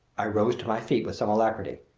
i rose to my feet with some alacrity.